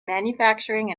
manufacturing